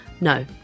No